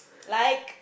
like